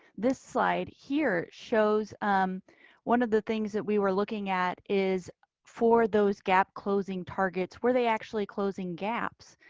this slide here shows one of the things that we were looking at is for those gap closing targets. were they actually closing gaps?